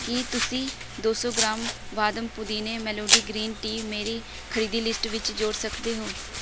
ਕੀ ਤੁਸੀਂ ਦੋ ਸੌ ਗ੍ਰਾਮ ਵਾਹਦਮ ਪੁਦੀਨੇ ਮੇਲੋਡੀ ਗ੍ਰੀਨ ਟੀ ਮੇਰੀ ਖਰੀਦੀ ਲਿਸਟ ਵਿੱਚ ਜੋੜ ਸਕਦੇ ਹੋ